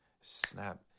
Snap